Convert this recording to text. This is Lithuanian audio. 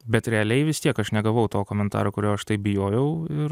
bet realiai vis tiek aš negavau to komentaro kurio aš taip bijojau ir